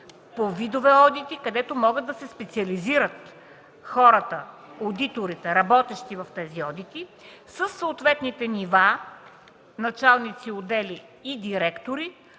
по видове одити, където могат да се специализират хората, одиторите, работещи по тези одити със съответните нива – началници на отдели и директори,